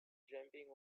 jumping